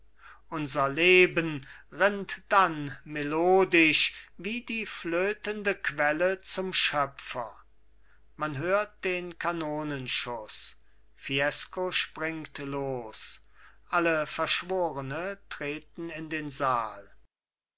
unser leben rinnt dann melodisch wie die flötende quelle zum schöpfer man hört den kanonenschuß fiesco springt los alle verschworene treten in den saal